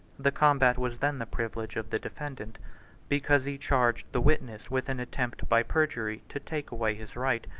the combat was then the privilege of the defendant because he charged the witness with an attempt by perjury to take away his right.